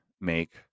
make